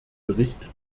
bericht